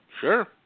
Sure